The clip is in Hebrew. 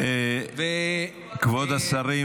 כבוד השרים,